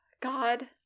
God